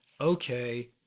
okay